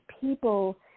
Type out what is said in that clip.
people